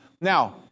Now